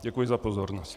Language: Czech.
Děkuji za pozornost.